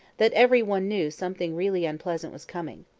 that every one knew something really unpleasant was coming.